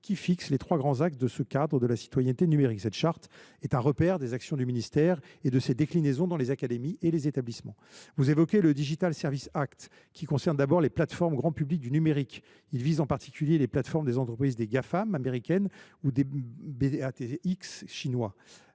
qui fixe les trois grands axes de ce cadre de la citoyenneté numérique. Ce document est un repère des actions du ministère et de ses déclinaisons dans les académies et les établissements. Vous évoquez le, qui concerne d’abord les plateformes grand public du numérique. Il vise en particulier les plateformes des entreprises américaines des Gafam